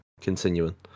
continuing